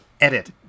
Edit